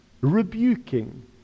rebuking